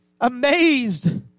amazed